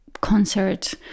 concert